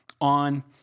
on